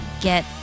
get